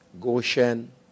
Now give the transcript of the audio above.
Goshen